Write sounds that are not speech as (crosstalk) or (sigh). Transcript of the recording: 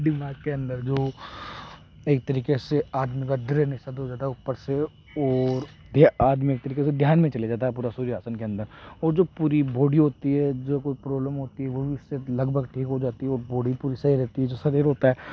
दिमाग के अंदर जो एक तरीके से (unintelligible) हो जाता है ऊपर से ओर ये आदमी एक तरीके से ध्यान में चाले जाता है पूरा सूर्य आसन के अंदर ओर जो पूरी बॉडी होती है जो कोई प्रॉबलम होती है वो भी उससे लगभग ठीक हो जाती ही ओर बॉडी पूरी सही रहती है जो शरीर होता है